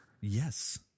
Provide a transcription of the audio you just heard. Yes